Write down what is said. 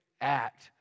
act